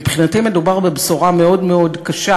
מבחינתי מדובר בבשורה מאוד מאוד קשה.